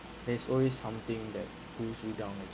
there's always something that brings you down